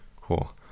Cool